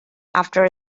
after